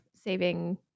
saving